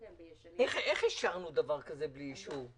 איך אישרנו דבר כזה בלי אישור סטטוטורי?